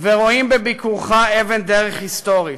ורואים בביקורך אבן דרך היסטורית.